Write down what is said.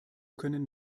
können